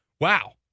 wow